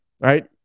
right